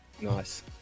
Nice